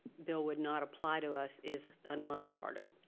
bill would not apply to us is a non-starter.